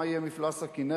מה יהיה מפלס הכינרת,